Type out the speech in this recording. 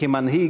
כמנהיג,